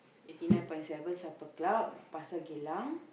eighty nine point seven Supper Club Pasir-Geylang